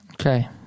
Okay